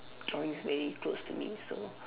drawing is very close to me so